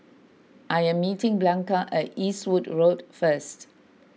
I am meeting Blanca at Eastwood Road first